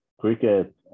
cricket